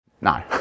No